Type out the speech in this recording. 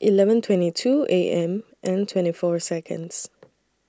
Eleven twenty two A M and twenty four Seconds